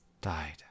Died